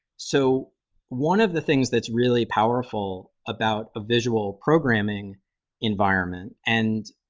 so one of the things that's really powerful about a visual programming environment and,